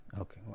okay